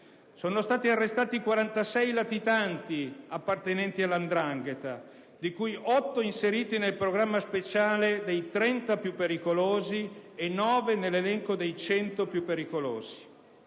Sono stati arrestati 46 latitanti appartenenti alla 'ndrangheta, di cui 8 inseriti nel programma speciale riguardanti i 30 più pericolosi, e 9 nell'elenco dei 100 più pericolosi.